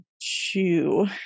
chew